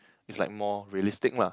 it's like more realistic lah